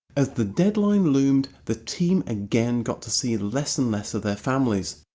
as the deadline loomed, the team again got to see less and less of their families.